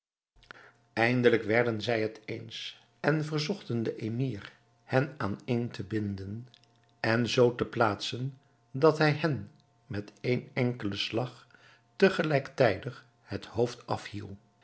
eindelijk werden zij het eens en verzochten den emir hen aaneen te binden en zoo te plaatsen dat hij hen met één enkelen slag gelijktijdig het hoofd